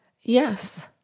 Yes